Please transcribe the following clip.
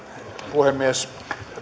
puhemies